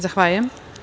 Zahvaljujem.